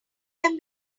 them